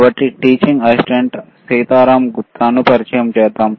కాబట్టి teaching assistant Sitaram గుప్తాను పరిచయం చేద్దాం